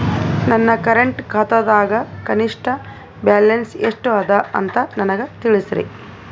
ನನ್ನ ಕರೆಂಟ್ ಖಾತಾದಾಗ ಕನಿಷ್ಠ ಬ್ಯಾಲೆನ್ಸ್ ಎಷ್ಟು ಅದ ಅಂತ ನನಗ ತಿಳಸ್ರಿ